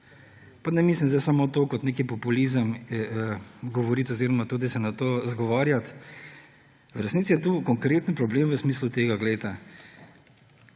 pa ne mislim zdaj samo to kot nek populizem govoriti oziroma tudi se na to izgovarjati, v resnici je tu konkretne primer v smislu tega; glejte,